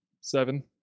seven